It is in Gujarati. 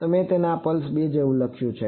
તો મેં તેને આ પલ્સ 2 જેવું લખ્યું છે